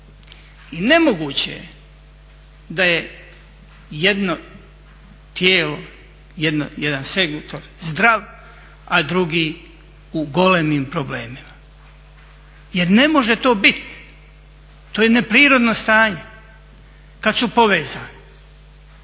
I nemoguće je da je jedno tijelo, jedan …/Govornik se ne razumije./… zdrav a drugi u golemim problemima. Jer ne može to biti, to je neprirodno stanje kada su povezani.